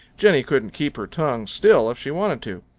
jenny couldn't keep her tongue still if she wanted to.